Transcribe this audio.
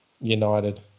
United